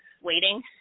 waiting